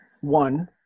one